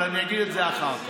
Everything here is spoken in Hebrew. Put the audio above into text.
אבל אני אגיד את זה אחר כך.